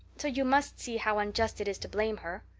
so you must see how unjust it is to blame her.